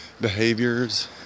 behaviors